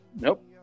nope